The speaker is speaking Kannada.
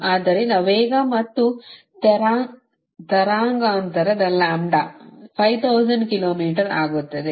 ಆದ್ದರಿಂದ ವೇಗ ಮತ್ತು ತರಂಗಾಂತರದ ಲ್ಯಾಂಬ್ಡಾ 5000 ಕಿಲೋ ಮೀಟರ್ ಆಗುತ್ತದೆ